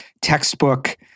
textbook